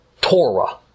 Torah